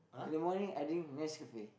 in the morning I drink Nescafe